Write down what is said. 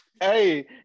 Hey